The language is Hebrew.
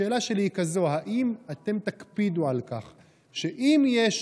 השאלה שלי היא כזאת: האם אתם תקפידו על כך שאם יש